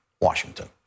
Washington